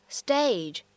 stage